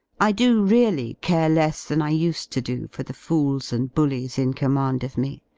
i do really care less than i used to do for the fools and bullies in command of me.